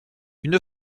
une